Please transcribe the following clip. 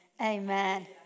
Amen